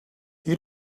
you